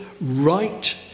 right